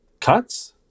cuts